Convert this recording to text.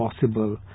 possible